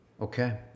Okay